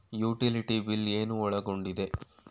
Utility bill ಏನು ಒಳಗೊಂಡಿದೆ?